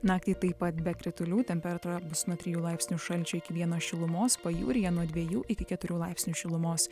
naktį taip pat be kritulių temperatūra bus nuo trijų laipsnių šalčio iki vieno šilumos pajūryje nuo dviejų iki keturių laipsnių šilumos